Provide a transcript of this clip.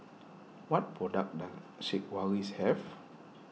what products does Sigvaris have